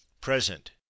present